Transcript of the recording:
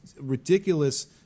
ridiculous